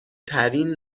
ترین